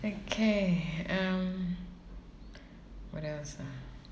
okay um what else ah